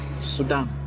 Sudan